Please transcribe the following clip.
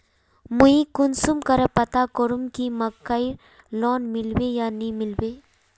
मुई कुंसम करे पता करूम की मकईर लोन मिलबे या नी मिलबे?